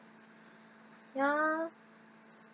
ya